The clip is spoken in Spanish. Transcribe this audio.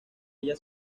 ella